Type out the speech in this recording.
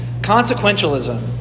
Consequentialism